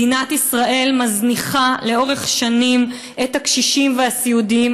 מדינת ישראל מזניחה לאורך שנים את הקשישים והסיעודיים,